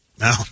No